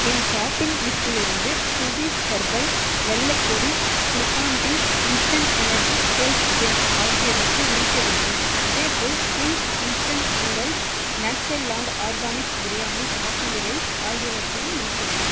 என் shopping லிஸ்ட்டிலிருந்து Shruti's herbal வெல்லப் பொடி Glucon D instant energy health drink ஆகியவற்றை நீக்க வேண்டும் அதேபோல் Ching's instant noodles Natureland Organics biryani basmati rice ஆகியவற்றையும் நீக்கவும்